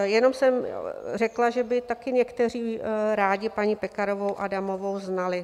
Jenom jsem řekla, že by taky někteří rádi paní Pekarovou Adamovou znali.